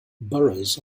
boroughs